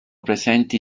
presenti